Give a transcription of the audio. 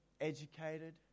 educated